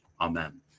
Amen